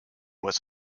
was